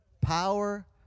Power